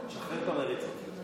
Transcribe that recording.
שחרר אותי מהמריצות.